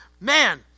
man